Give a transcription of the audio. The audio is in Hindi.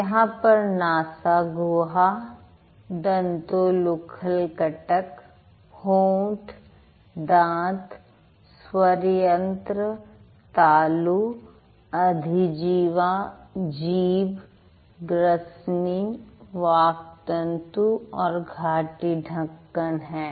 यहां पर नासा गुहा दंतोलूखल कटक होंठ दांत स्वर यंत्र तालु अधिजिह्वा जीभ ग्रसनी वाक् तंतु और घाटी ढक्कन है